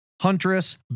huntress